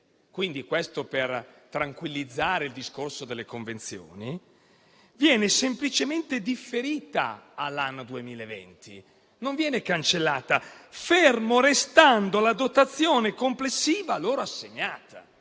- questo per tranquillizzare il discorso delle convenzioni - viene semplicemente differita all'anno 2020 (non viene cancellata), ferma restando la dotazione complessiva a loro assegnata.